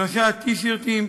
שלושה טי-שירטים,